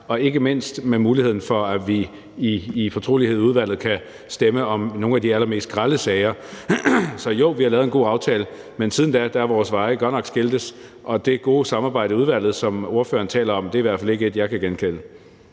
ikke mindst med muligheden for, at vi i fortrolighed i udvalget kan stemme om nogle af de allermest grelle sager. Så jo, vi har lavet en god aftale, men siden da er vi godt nok gået hver vores vej, og det gode samarbejde i udvalget, som spørgeren taler om, er i hvert fald ikke et, jeg kan genkende.